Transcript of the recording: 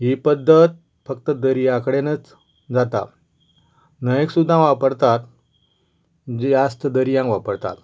ही पद्दत फक्त दर्या कडेनच जाता न्हंयेक सुद्दा वापरता जी आस्त दर्यांक वापरतात